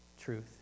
truth